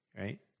Right